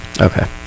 Okay